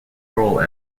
role